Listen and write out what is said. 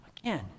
Again